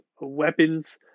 weapons